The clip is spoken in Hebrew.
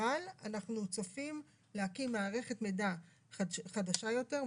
אבל אנחנו צופים להקים מערכת מידע חדשה יותר,